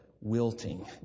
wilting